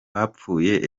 bapfuye